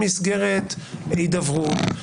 במסגרת הידברות,